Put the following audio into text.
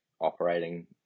operating